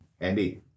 Andy